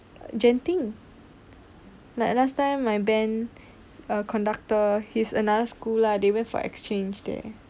genting like last time my band a conductor he's another school lah they went for exchange there